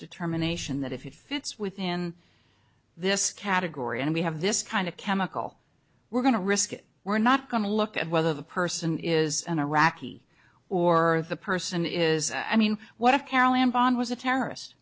determination that if it fits within this category and we have this kind of chemical we're going to risk it we're not going to look at whether the person is an iraqi or the person is i mean what if carolyn bond was a terrorist